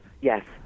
Yes